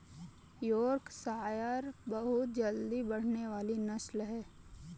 Yorkshire बहुत जल्दी बढ़ने वाली नस्ल है